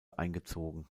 eingezogen